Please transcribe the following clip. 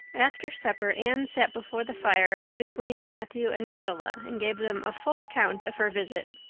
after supper anne sat before the fire between matthew and marilla, and gave them a full account of her visit.